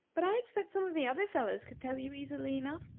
but i expect some of the other fellows could tell you easily enough.